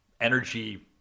energy